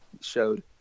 showed